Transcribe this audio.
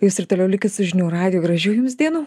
jūs ir toliau likit su žinių radiju gražių jums dienų